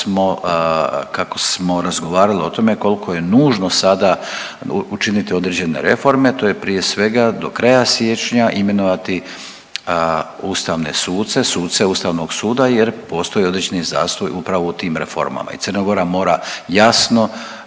kako smo razgovarali o tome koliko je nužno sada učiniti određene reforme, to je prije svega, do kraja siječnja imenovati ustavne suce, suce Ustavnog suda jer postoji određeni zastoj upravo u tim reformama i Crna Gora mora jasno